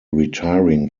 retiring